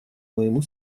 моему